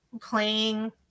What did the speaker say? playing